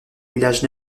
village